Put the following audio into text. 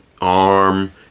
arm